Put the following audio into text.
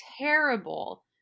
terrible